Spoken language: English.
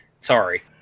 Sorry